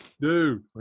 Dude